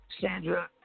Sandra